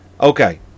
okay